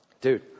Dude